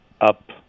up